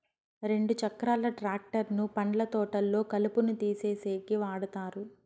రెండు చక్రాల ట్రాక్టర్ ను పండ్ల తోటల్లో కలుపును తీసేసేకి వాడతారు